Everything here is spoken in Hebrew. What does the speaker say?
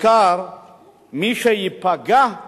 מי שייפגע בעיקר,